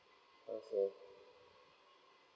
okay